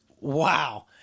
Wow